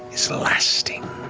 is lasting.